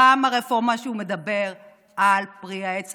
גם הרפורמה שבה הוא מדבר על פרי העץ